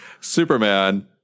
Superman